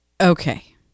Okay